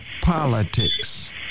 politics